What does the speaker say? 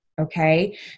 Okay